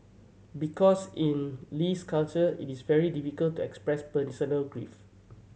because in Lee's culture it is very difficult to express personal grief